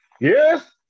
Yes